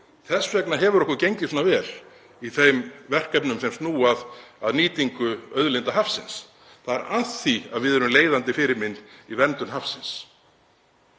Þess vegna hefur okkur gengið svona vel í þeim verkefnum sem snúa að nýtingu auðlinda hafsins, það er af því að við erum leiðandi fyrirmynd í verndun hafsins.